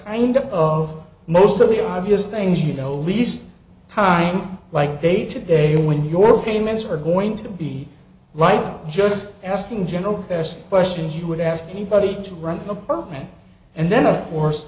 and of most of the obvious things you know least time like day to day when your payments are going to be like just asking general best questions you would ask anybody to run an apartment and then of course